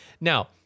Now